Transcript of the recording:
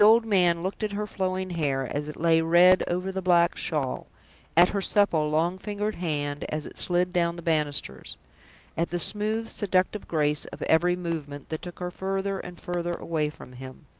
the old man looked at her flowing hair, as it lay red over the black shawl at her supple, long-fingered hand, as it slid down the banisters at the smooth, seductive grace of every movement that took her further and further away from him.